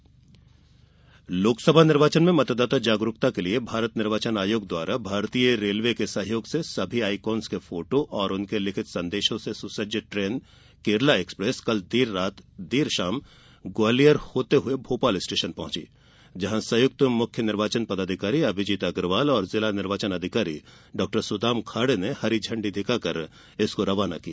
मतदाता जागरूकता ट्रेन लोकसभा निर्वाचन में मतदाता जागरूकता के लिये भारत निर्वाचन आयोग द्वारा भारतीय रेलवे के सहयोग से सभी आईकॉन्स के फोटो और उनके लिखित संदेशों से सुसज्जित ट्रेन केरला एक्सप्रेस कल देर शाम भोपाल स्टेशन पहुंची जहां संयुक्त मुख्य निर्वाचन पदाधिकारी अभिजीत अग्रवाल और जिला निर्वाचन अधिकारी डॉ सुदाम खाड़े ने हरी झण्डी दिखाकर इसको रवाना किया